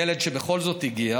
ילד שכבר בכל זאת הגיע,